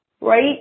Right